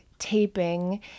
taping